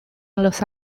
los